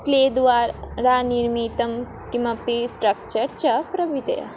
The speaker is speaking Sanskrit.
क्लेद्वारा निर्मितं किमपि स्ट्रक्चर् च प्रभृतयः